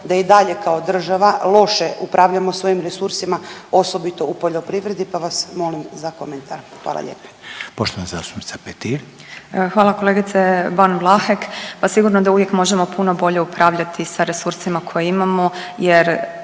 da i dalje kao država loše upravljamo svojim resursima osobito u poljoprivredi, pa vas molim za komentar. Hvala. **Reiner, Željko (HDZ)** Poštovana zastupnica Petir. **Petir, Marijana (Nezavisni)** Hvala kolegice Ban Vlahek. Pa sigurno da uvijek možemo puno bolje upravljati sa resursima koje imamo jer